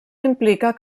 implica